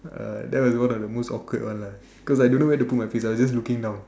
that was one of the most awkward one lah cause I don't know where to put my face I was just looking down